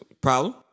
Problem